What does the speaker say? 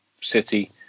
City